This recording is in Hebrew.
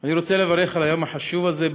אני רוצה לברך על היום החשוב הזה,